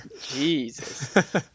Jesus